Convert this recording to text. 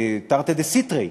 בתרתי דסתרי,